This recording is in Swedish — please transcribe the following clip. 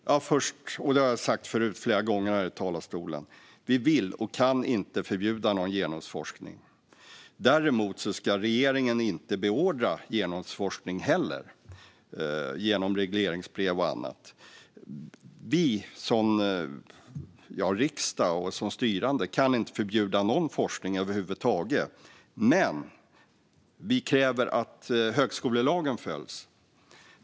Herr ålderspresident! Som jag sagt förut flera gånger här i talarstolen vill och kan vi inte förbjuda någon genusforskning. Däremot ska regeringen inte beordra genusforskning genom regleringsbrev och annat. Vi som riksdag och styrande kan inte förbjuda någon forskning över huvud taget. Men vi kräver att högskolelagen följs.